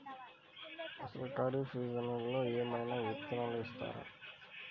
అసలు ఖరీఫ్ సీజన్లో ఏమయినా విత్తనాలు ఇస్తారా?